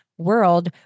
world